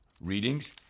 readings